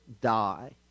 die